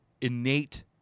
innate